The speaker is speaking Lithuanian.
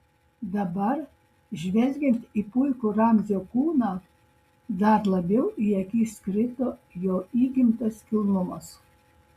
dabar žvelgiant į puikų ramzio kūną dar labiau į akis krito jo įgimtas kilnumas